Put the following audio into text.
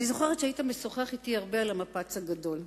אני זוכרת שהיית משוחח אתי הרבה על "המפץ הגדול".